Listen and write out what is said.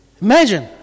Imagine